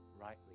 rightly